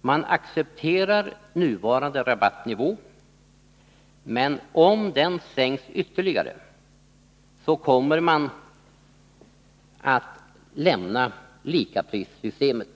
Man accepterar nuvarande rabattnivå, men om den sänks ytterligare kommer man att lämna likaprissystemet.